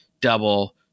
double